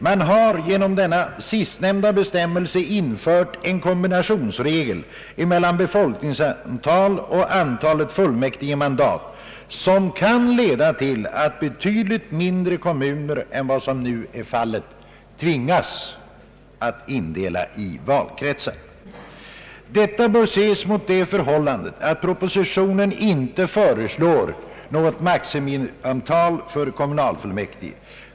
Man har genom sistnämnda bestämmelse infört en kombinationsregel mellan befolkningsantal och antalet fullmäktigemandat som kan leda till att betydligt mindre kommuner än vad som nu är fallet tvingas att indela i valkretsar. Detta bör ses mot det förhållandet att propositionen inte föreslår något maximiantal för kommunfullmäktige.